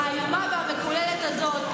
האיומה והמקוללת הזו,